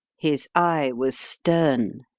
his eye was stern.